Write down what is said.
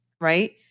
right